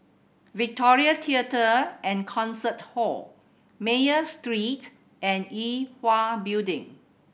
Victoria Theatre and Concert Hall Mayo Street and Yue Hwa Building